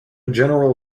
general